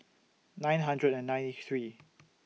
nine hundred and ninety three